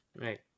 Right